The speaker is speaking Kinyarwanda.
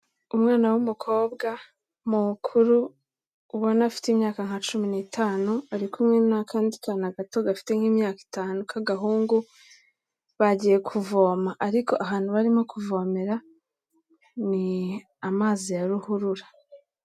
Umwana w'umukobwa mukuru ubona afite imyaka nka cumi n'itanu, ari kumwe n'akandi kana gato gafite nk'imyaka itanu k'agahungu, bagiye kuvoma ariko ahantu barimo kuvomera ni amazi ya ruhurura.